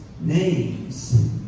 names